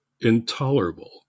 intolerable